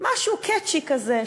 משהו catchy כזה,